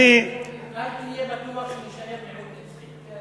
אל תהיה בטוח שנישאר מיעוט נצחי.